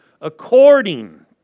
according